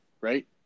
right